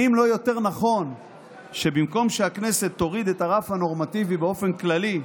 האם לא יותר נכון שבמקום שהכנסת תוריד את הרף הנורמטיבי באופן כללי,